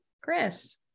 Chris